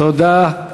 תודה.